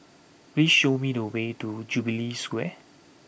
please show me the way to Jubilee Square